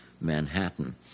Manhattan